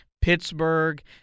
Pittsburgh